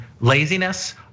laziness